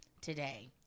Today